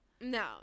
No